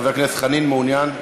חבר הכנסת חנין, מעוניין?